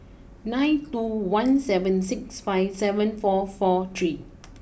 nine two one seven six five seven four four three